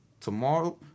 tomorrow